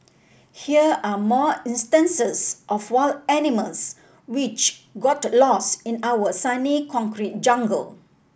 here are more instances of wild animals which got lost in our sunny concrete jungle